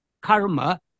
karma